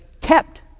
kept